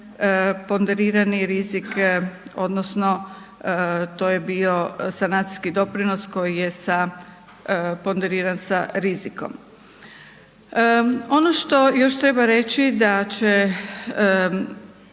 ponderirani rizik odnosno to je bio sanacijski doprinos koji je sa, ponderiran sa rizikom. Ono što još treba reći da će,